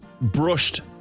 brushed